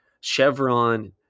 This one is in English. Chevron